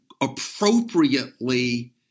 appropriately